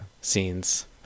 scenes